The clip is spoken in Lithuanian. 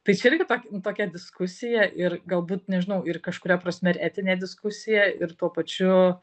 tai čia irgi tok tokia diskusija ir galbūt nežinau ir kažkuria prasme ir etinė diskusija ir tuo pačiu